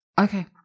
Okay